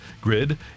Grid